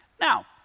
Now